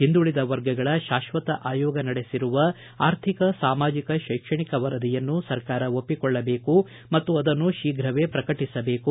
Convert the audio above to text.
ಹಿಂದುಳಿದ ವರ್ಗಗಳ ಶಾಶ್ವತ ಆಯೋಗ ನಡೆಸಿರುವ ಆರ್ಥಿಕ ಸಾಮಾಜಿಕ ಶೈಕ್ಷಣಿಕ ವರದಿಯನ್ನು ಸರ್ಕಾರ ಒಪ್ಪಿಕೊಳ್ಳಬೇಕು ಮತ್ತು ಅದನ್ನು ಶೀಘವೇ ಪ್ರಕಟಿಸಬೇಕು